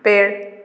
पेड़